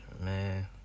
man